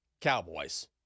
Cowboys